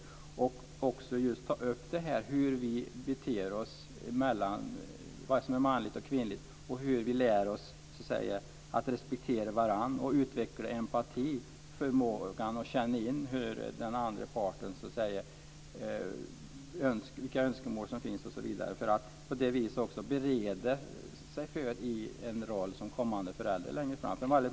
Man bör också ta upp detta med hur vi beter oss, vad som är manligt och kvinnligt och hur vi lär oss att respektera varandra och utveckla empati, dvs. förmågan att känna in vilka önskemål som finns hos den andra parten osv. På det viset kan man också bereda sig för en roll som blivande förälder längre fram.